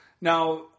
Now